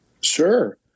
Sure